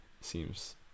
seems